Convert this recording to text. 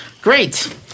Great